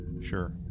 Sure